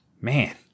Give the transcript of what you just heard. man